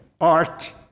art